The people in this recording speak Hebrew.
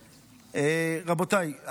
רבותיי,